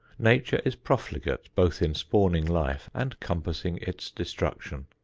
nature is profligate both in spawning life and compassing its destruction.